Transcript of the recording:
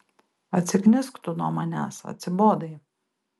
atsiknisk tu nuo manęs atsibodai